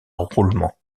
roulement